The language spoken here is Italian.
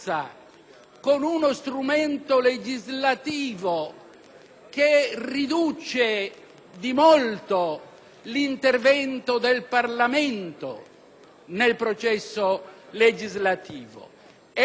che riduce di molto l'intervento del Parlamento nel processo legislativo. È un vantaggio perché con i decreti delegati